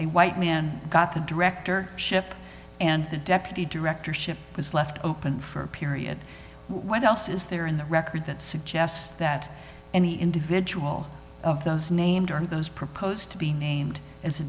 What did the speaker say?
the white man got the director ship and the deputy director ship is left open for a period what else is there in the record that suggests that any individual of those named are those proposed to be named as a